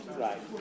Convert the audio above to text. right